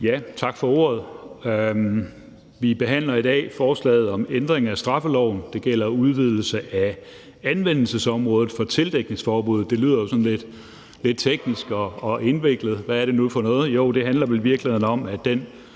Tak for ordet. Vi behandler i dag et forslag til ændring af straffeloven. Det gælder udvidelse af anvendelsesområdet for tildækningsforbuddet. Det lyder jo sådan lidt teknisk og indviklet. Hvad er det nu for noget? Jo, det handler vel i virkeligheden om, at den